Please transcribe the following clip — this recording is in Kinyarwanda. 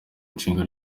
nshinga